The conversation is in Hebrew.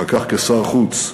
ואחר כך כשר חוץ,